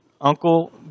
Uncle